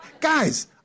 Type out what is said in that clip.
Guys